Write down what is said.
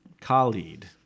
Khalid